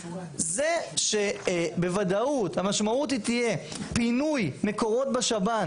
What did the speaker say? זה שבוודאות המשמעות תהיה פינוי מקורות בשב"ן